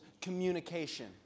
communication